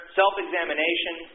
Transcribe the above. self-examination